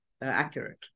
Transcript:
Accurate